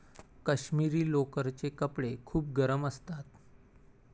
काश्मिरी लोकरचे कपडे खूप गरम असतात